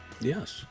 yes